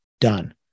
done